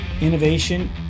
innovation